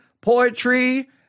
poetry